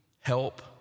help